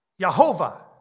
Yahovah